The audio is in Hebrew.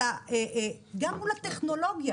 גם מול הטכנולוגיה,